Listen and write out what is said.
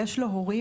יש לו הורים,